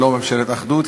היא לא ממשלת אחדות,